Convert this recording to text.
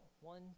one